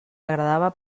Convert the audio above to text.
agradava